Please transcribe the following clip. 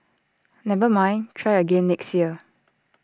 never mind try again next year